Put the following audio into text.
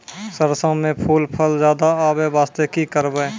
सरसों म फूल फल ज्यादा आबै बास्ते कि करबै?